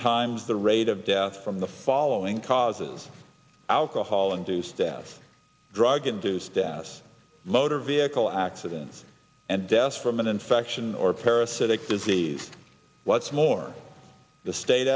times the rate of deaths from the following causes alcohol induced deaths drug induced das motor vehicle accidents and deaths from an infection or parasitic disease what's more the state